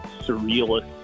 surrealist